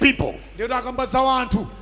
people